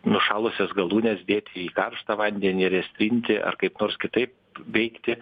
nušalusias galūnes dėti į karštą vandenį ir jas trinti ar kaip nors kitaip veikti